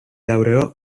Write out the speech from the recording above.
laureò